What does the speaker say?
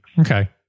okay